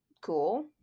cool